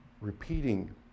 repeating